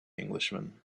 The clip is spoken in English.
englishman